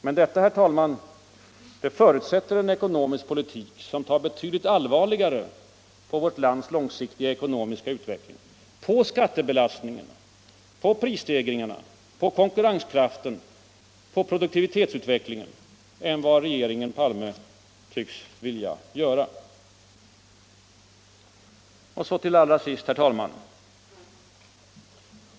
Men detta, herr talman, förutsätter en ekonomisk politik som tar betydligt allvarligare på vårt lands långsiktiga ekonomiska utveckling — på skattebelastning, på prisstegringar, konkurrenskraft och produktivitetsutveckling — än vad regeringen Palme tycks vilja göra. Och så allra sist, herr talman!